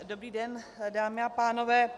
Dobrý den, dámy a pánové.